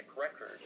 Record